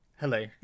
hello